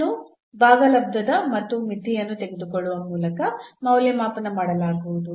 ಇದನ್ನು ಭಾಗಲಬ್ಧದ ಮತ್ತು ಮಿತಿಯನ್ನು ತೆಗೆದುಕೊಳ್ಳುವ ಮೂಲಕ ಮೌಲ್ಯಮಾಪನ ಮಾಡಲಾಗುವುದು